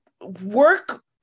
work